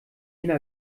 jena